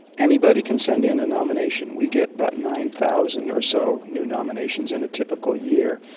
anybody can send in a nomination. we get about nine thousand or so new nominations in a typical year.